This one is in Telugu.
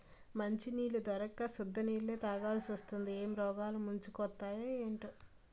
మంచినీళ్లు దొరక్క సుద్ద నీళ్ళే తాగాలిసివత్తాంది ఏం రోగాలు ముంచుకొత్తయే ఏటో